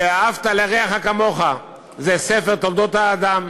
ואהבת לרעך כמוך, זה ספר תולדות האדם.